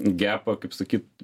gepą kaip sakyt